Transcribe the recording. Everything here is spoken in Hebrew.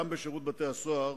גם בשירות בתי-הסוהר,